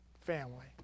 family